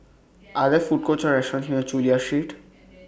Are There Food Courts Or restaurants near Chulia Street